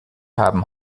haben